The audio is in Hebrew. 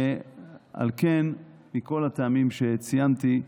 על כן, מכל הטעמים שציינתי,